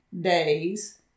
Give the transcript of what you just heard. days